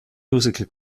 musical